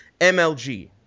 mlg